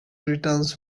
returns